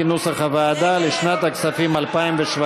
משרד התיירות, לשנת הכספים 2017,